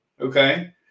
okay